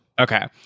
Okay